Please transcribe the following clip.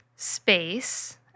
Space